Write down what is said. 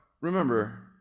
remember